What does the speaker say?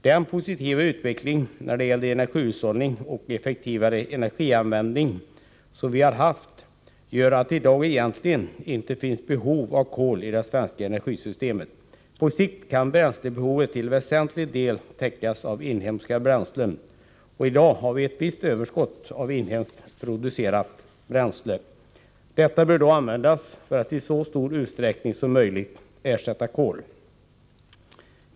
Den positiva utvecklingen som skett när det gäller energihushållning och effektivare energianvändning gör att det i dag egentligen inte finns behov av kol i det svenska energisystemet. På sikt kan bränslebehovet till väsentlig del täckas av inhemska bränslen. I dag har vi ett visst överskott av inhemskt producerat bränsle. Detta överskott bör användas för att i så stor utsträckning som möjligt ersätta kol.